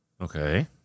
Okay